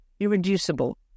irreducible